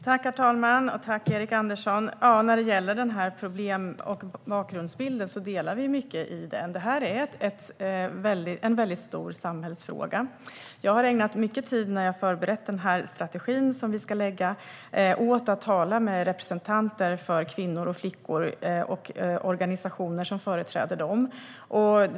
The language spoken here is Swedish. Herr talman! Jag tackar Erik Andersson. Vi delar mycket av bakgrundsbilden av problemen. Det här är en väldigt stor samhällsfråga. När jag har förberett den strategi som vi ska lägga fram har jag ägnat mycket tid åt att tala med representanter för kvinnor och flickor och organisationer som företräder dem.